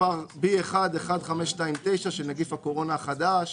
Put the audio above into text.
מספר B1.1.529 של נגיף הקורונה החדש